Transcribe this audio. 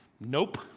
nope